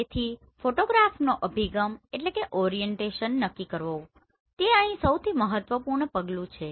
તેથી ફોટોગ્રાફનો અભિગમ નક્કી કરવો તે અહી સૌથી મહત્વપૂર્ણ પગલું છે